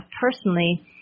personally